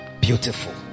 Beautiful